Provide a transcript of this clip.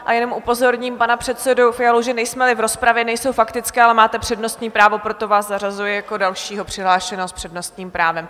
A jenom upozorním pana předsedu Fialu, že nejsme v rozpravě, nejsou faktické, ale máte přednostní právo, proto vás zařazuji jako dalšího přihlášeného s přednostním právem.